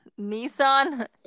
Nissan